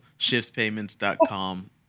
ShiftPayments.com